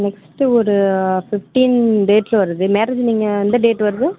next ஒரு fifteen டேட்டில் வருது மேரேஜ் நீங்கள் எந்த டேட்டு வருது